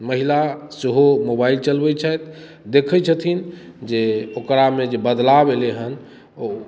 महिला सेहो मोबाइल चलबैत छथि देखैत छथिन जे ओकरामे जे बदलाव एलै हेँ ओ